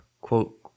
quote